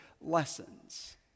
lessons